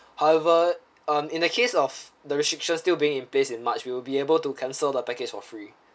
however um in the case of the restrictions still being in placed in march you will be able to cancel the package for free